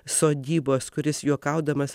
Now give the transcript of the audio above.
sodybos kuris juokaudamas